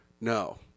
no